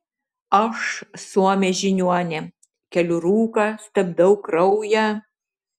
aš suomė žiniuonė keliu rūką stabdau kraują